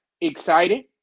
excited